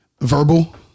Verbal